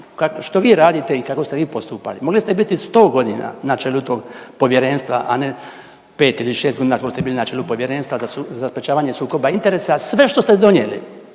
što vi radite i kako ste vi postupali. Mogli ste biti 100 godina na čelu tog povjerenstva, a ne pet ili šest godina kolko ste bili na čelu Povjerenstva za sprječavanje sukoba interese, sve što ste donijeli,